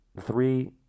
three